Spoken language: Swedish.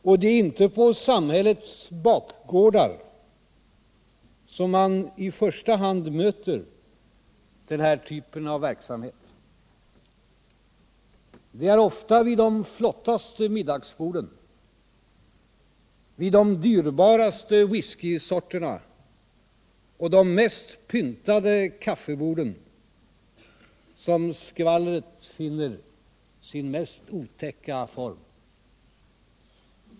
Och det är inte på samhällets bak gårdar som man i första hand möter den här typen av verksamhet, utan det är ofta vid de flottaste middagsborden, kring de dyrbaraste whiskysorterna och de mest pyntade kaffeborden som sk vailret finner sin otäckaste form.